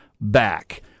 back